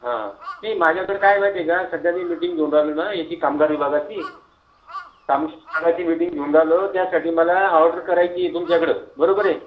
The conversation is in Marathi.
हां हां नाही माझ्याकडे काय आहे माहिती आहे का सध्या मी मिटिंग घेऊन राहिलो ना याची कामगार विभागाची कामगार विभागाची मिटिंग घेऊन राहिलो त्यासाठी मला ऑर्डर करायची आहे तुमच्याकडं बरोबर आहे